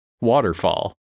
waterfall